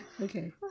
Okay